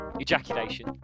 Ejaculation